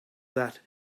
that